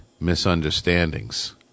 misunderstandings